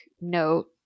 note